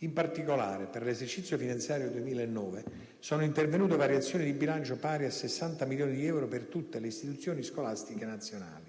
In particolare, per l'esercizio finanziario 2009 sono intervenute variazioni di bilancio pari a 60 milioni di euro per tutte le istituzioni scolastiche nazionali.